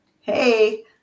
Hey